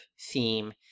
theme